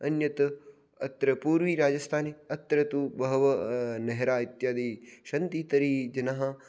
अन्यत् अत्र पूर्वराजस्थाने अत्र तु बहवः नेहरा इत्यादि सन्ति तर्हि जनाः